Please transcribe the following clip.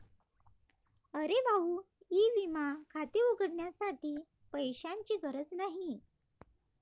अरे भाऊ ई विमा खाते उघडण्यासाठी पैशांची गरज नाही